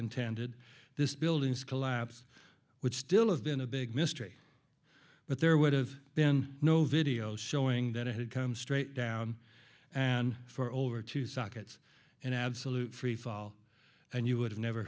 intended this building's collapse would still have been a big mystery but there would have been no video showing that it had come straight down and for over two sockets an absolute free fall and you would have never